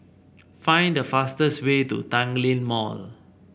find the fastest way to Tanglin Mall